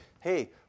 hey